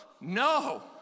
no